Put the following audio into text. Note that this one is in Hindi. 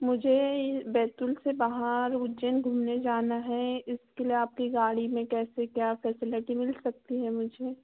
मुझे बैतूल से बाहर उज्जैन घूमने जाना है इसके लिए आपकी गाड़ी में कैसे क्या फैसिलिटी मिल सकती हैं मुझे